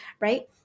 Right